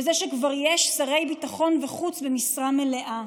וזה כשכבר יש שרי ביטחון וחוץ במשרה מלאה.